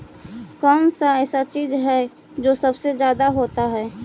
कौन सा ऐसा चीज है जो सबसे ज्यादा होता है?